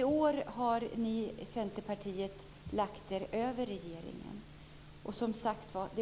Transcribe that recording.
I år har ni i Centerpartiet lagt er över regeringens förslag. Det